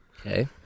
Okay